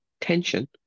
tension